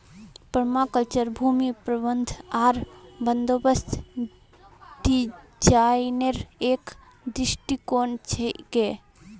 permaculture भूमि प्रबंधन आर बंदोबस्त डिजाइनेर एक दृष्टिकोण छिके